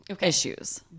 issues